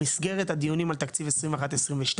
במסגרת הדיונים על תקציב 21-22,